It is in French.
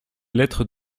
lettres